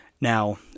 Now